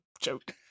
Joke